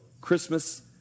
Christmas